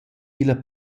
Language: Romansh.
illa